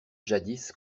jadis